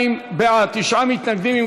62 בעד, תשעה מתנגדים.